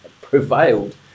prevailed